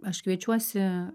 aš kviečiuosi